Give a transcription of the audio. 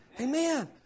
Amen